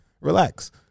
Relax